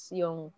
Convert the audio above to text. yung